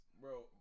Bro